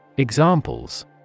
Examples